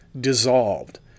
dissolved